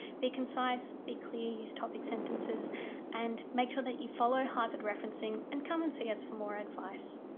be concise be clear use topic sentences and make sure that you follow harvard referencing, and come and see us for more advice.